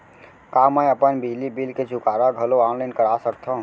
का मैं अपन बिजली बिल के चुकारा घलो ऑनलाइन करा सकथव?